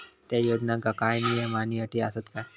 त्या योजनांका काय नियम आणि अटी आसत काय?